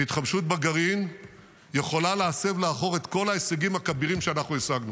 והתחמשות בגרעין יכולה להסב לאחור את כל ההישגים הכבירים שאנחנו השגנו.